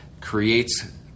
creates